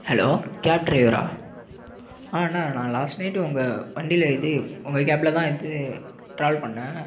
hello cab ட்ரைவரா ஆ அண்ணா நான் லாஸ்ட் நைட்டு உங்க வண்டியில் இது உங்கள் கேபில் தான் இது ட்ராவல் பண்ணிணேன்